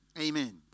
amen